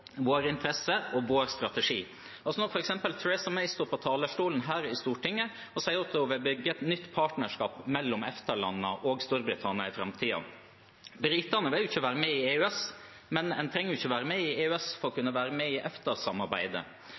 og vår strategi. Theresa May står på talerstolen her i Stortinget og sier at hun vil bygge et nytt partnerskap mellom EFTA-landene og Storbritannia i framtiden. Britene vil jo ikke være med i EØS, men en trenger ikke å være med i EØS for å kunne være med i